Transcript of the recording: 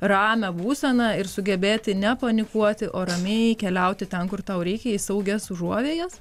ramią būseną ir sugebėti ne panikuoti o ramiai keliauti ten kur tau reikia į saugias užuovėjas